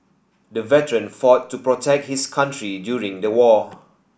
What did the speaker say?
the veteran fought to protect his country during the war